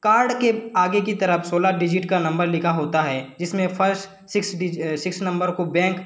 card के आगे की तरफ सोलह डिजिट का नंबर लिखा होता है जिसमें फर्स्ट सिक्स सिक्स नंबर को बैंक